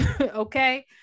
Okay